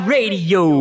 Radio